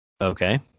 Okay